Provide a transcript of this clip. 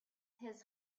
his